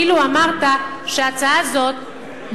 אילו אמרת שההצעה הזאת,